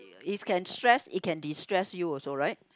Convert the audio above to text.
it can stress it can distress you also right